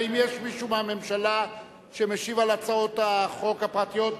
האם יש מישהו מהממשלה שמשיב על הצעות החוק הפרטיות?